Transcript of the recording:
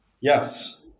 Yes